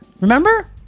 remember